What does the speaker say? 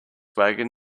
wagon